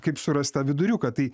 kaip surast tą viduriuką tai